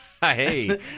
Hey